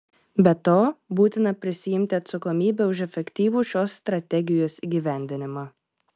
be to būtina prisiimti atsakomybę už efektyvų šios strategijos įgyvendinimą